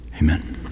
amen